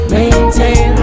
maintain